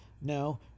no